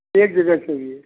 एक जगह चाहिए